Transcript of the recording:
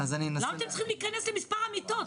למה אתם צריכים להיכנס למספר המיטות?